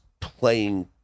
playing